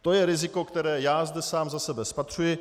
To je riziko, které já zde sám za sebe spatřuji.